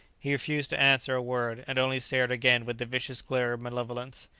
he refused to answer a word, and only stared again with the vicious glare of malevolence.